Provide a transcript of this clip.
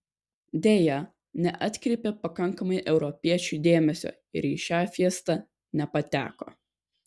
deja neatkreipė pakankamai europiečių dėmesio ir į šią fiestą nepateko